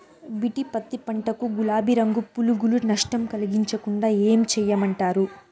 BT పత్తి పంట కు, గులాబీ రంగు పులుగులు నష్టం కలిగించకుండా ఏం చేయమంటారు?